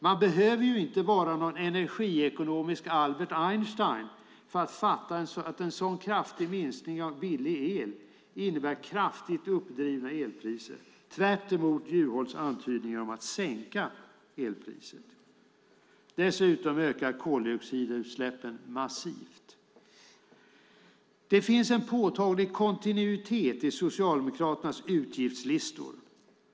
Man behöver inte vara någon energiekonomisk Albert Einstein för att fatta att en så kraftig minskning av billig el innebär kraftigt uppdrivna elpriser, tvärtemot Juholts antydningar om att sänka elpriset. Dessutom ökar koldioxidutsläppen massivt. Det finns en påtaglig kontinuitet i Socialdemokraternas utgiftslistor.